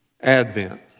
Advent